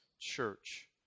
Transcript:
church